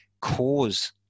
cause